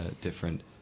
different